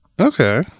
Okay